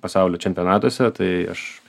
pasaulio čempionatuose tai aš